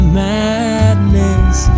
madness